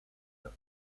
the